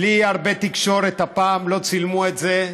בלי הרבה תקשורת, הפעם לא צילמו את זה,